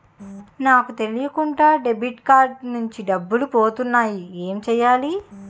నాకు తెలియకుండా debit card నుంచి డబ్బులు పోతున్నాయి ఎం చెయ్యాలి?